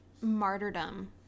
martyrdom